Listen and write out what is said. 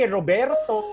Roberto